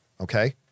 okay